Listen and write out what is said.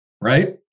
Right